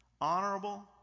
honorable